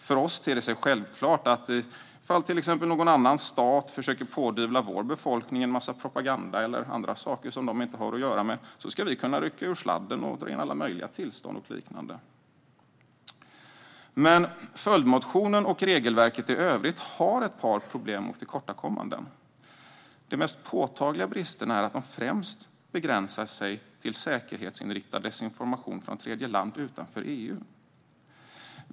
För oss ter det sig självklart att om till exempel någon annan stat försöker pådyvla vår befolkning en massa propaganda eller annat som de inte har att göra med ska vi kunna rycka ur sladden och dra in alla möjliga tillstånd och så vidare. Men följdmotionen och regelverket i övrigt har ett par problem och tillkortakommanden. De mest påtagliga bristerna är att de främst begränsar sig till säkerhetsinriktad desinformation från tredje land utanför EU.